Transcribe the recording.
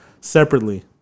separately